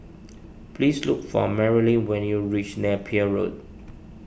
please look for Marilyn when you reach Napier Road